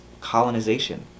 colonization